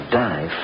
die